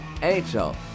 NHL